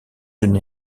une